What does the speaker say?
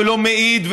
ולא מעיד,